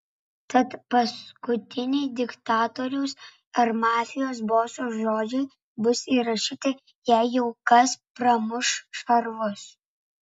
tad paskutiniai diktatoriaus ar mafijos boso žodžiai bus įrašyti jei jau kas pramuš šarvus